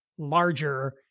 larger